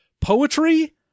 poetry